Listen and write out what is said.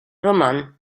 roman